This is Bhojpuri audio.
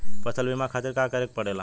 फसल बीमा खातिर का करे के पड़ेला?